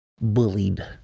bullied